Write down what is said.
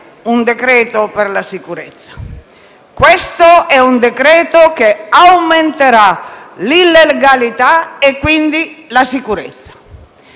un decreto-legge per la sicurezza, questo è un decreto che aumenterà l'illegalità e quindi l'insicurezza.